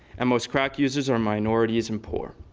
and most crack users are minorities and poor.